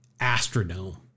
Astrodome